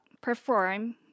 perform